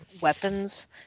weapons